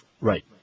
Right